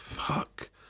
Fuck